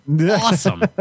Awesome